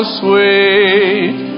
sweet